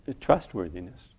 trustworthiness